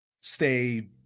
stay